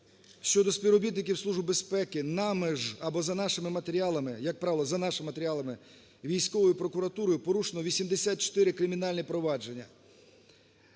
щодо співробітників Служби безпеки, нами або з нашими матеріалами, як правило за нашими матеріалами, військовою прокуратурою порушено 84 кримінальні провадження.